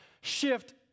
shift